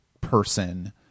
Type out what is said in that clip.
person